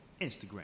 Instagram